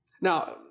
Now